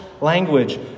language